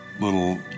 little